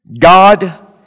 God